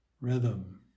rhythm